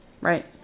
Right